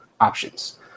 options